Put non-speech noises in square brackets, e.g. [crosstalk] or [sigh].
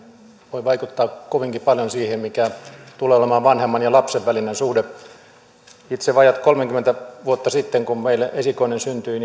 voi vaikuttaa kovinkin paljon siihen mikä tulee olemaan vanhemman ja lapsen välinen suhde minä itse vajaat kolmekymmentä vuotta sitten kun meille esikoinen syntyi [unintelligible]